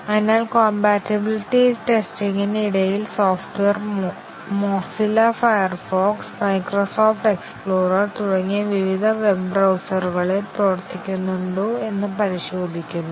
അതിനാൽ compatibility testing നു ഇടയിൽ software Mozilla Firefox Microsoft Explorer തുടങ്ങിയ വിവിധ വെബ് ബ്രൌസറുകളിൽ പ്രവർത്തിക്കുന്നുണ്ടോ എന്ന് പരിശോധിക്കുന്നു